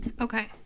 Okay